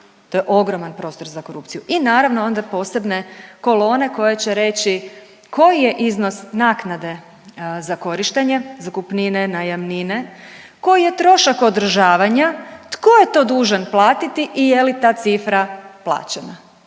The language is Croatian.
to je ogroman prostor za korupciju i naravno onda posebne kolone koje će reći koji je iznos naknade za korištenje zakupnine, najamnine, koji je trošak održavanja, tko je to dužan platiti i je li ta cifra plaćena,